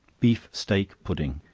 beef steak pudding.